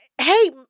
Hey